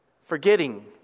forgetting